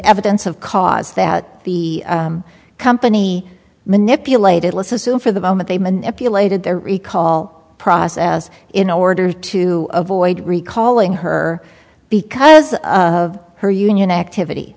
evidence of cause that the company manipulated let's assume for the moment they manipulated their recall process in order to avoid recall in her because of her union activity